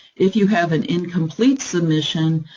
if you have an incomplete submission,